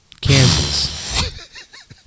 Kansas